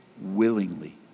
willingly